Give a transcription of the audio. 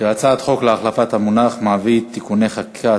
הצעת חוק להחלפת המונח מעביד (תיקוני חקיקה),